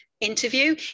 interview